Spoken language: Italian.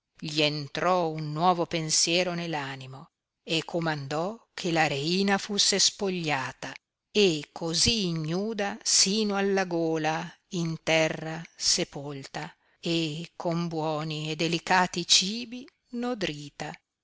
gli entrò un nuovo pensiero ne l'animo e comandò che la reina fusse spogliata e così ignuda sino alla gola in terra sepolta e con buoni e delicati cibi nodrita